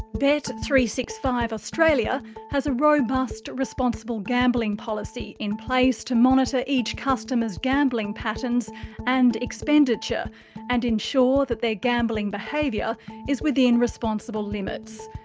three six five australia has a robust responsible gambling policy in place to monitor each customer's gambling patterns and expenditure and ensure that their gambling behaviour is within responsible limits.